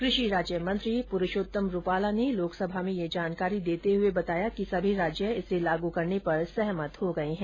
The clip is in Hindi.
कृषि राज्य मंत्री पुरूषोतम रूपाला ने लोकसभा में यह जानकारी देते हुए बताया कि सभी राज्य इसे लागू करने पर सहमत हो गये है